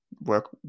work